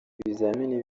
ibizamini